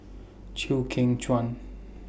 Chew Kheng Chuan